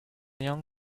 young